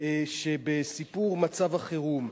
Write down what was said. שבסיפור מצב החירום.